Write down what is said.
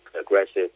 aggressive